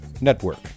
Network